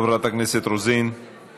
חברת הכנסת רוזין,